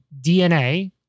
DNA